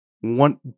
one